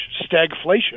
stagflation